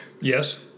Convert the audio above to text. Yes